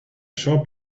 short